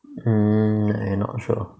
mm I not sure